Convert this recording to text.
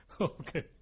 Okay